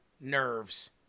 nerves